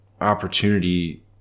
opportunity